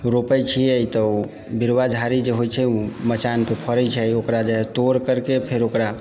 रोपैत छियै तऽ ओ बिरबा झाड़ी जे होइत छै ओ मचान पे फड़ैत छै ओकरा जे हइ तोड़ करके फेर ओकरा